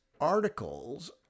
articles